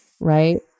right